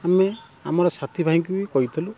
ଆମେ ଆମର ସାଥୀ ଭାଇଙ୍କୁ ବି କହିଥିଲୁ